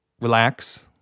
relax